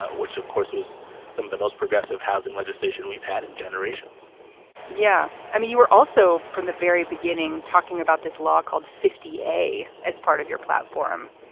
ah which, of course, was some of the most progressive housing legislation we've had in generations yeah, i mean, you were also from the very beginning talking about this law called fifty a as part of your platform.